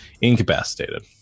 incapacitated